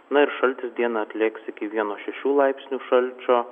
na ir šaltis dieną atlėgs iki vieno šešių laipsnių šalčio